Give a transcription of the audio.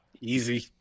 Easy